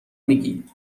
میگی